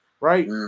right